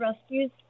rescues